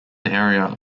area